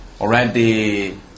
already